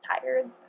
tired